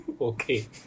Okay